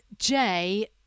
Jay